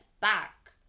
back